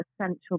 essential